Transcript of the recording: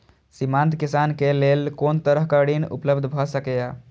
सीमांत किसान के लेल कोन तरहक ऋण उपलब्ध भ सकेया?